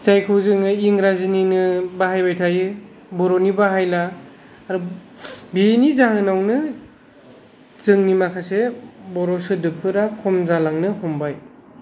जायखौ जोङो इंराजीनिनो बाहायबाय थायो बर'नि बाहायला आरो बेनि जाहोनावनो जोंनि माखासे बर' सोदोबफोरा खम जालांनो हमबाय